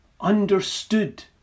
understood